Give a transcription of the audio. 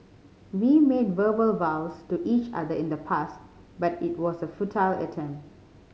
we made verbal vows to each other in the past but it was a futile attempt